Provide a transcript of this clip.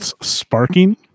sparking